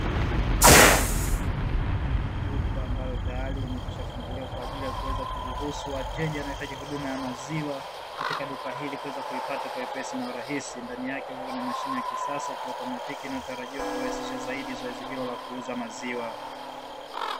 Duka ambalo tayari limekishwa funguliwa kwaajili ya kuweza kuruhusu wataje wanaohitaji huduma ya maziwa katika duka hili, kuweza kuipata kwa wepesi na urahisi. Ndani yake kukiwa na mashine ya kisasa, ya kiotomatiki inayotarajiwa kurahisisha zaidi zoezi hilo la kuuza maziwa.